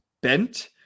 bent